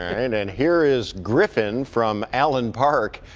and and here is griffin from allen park.